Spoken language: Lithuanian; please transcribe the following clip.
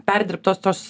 perdirbtos tos